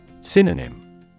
synonym